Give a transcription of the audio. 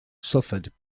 suffered